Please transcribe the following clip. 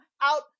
out